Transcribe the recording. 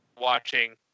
watching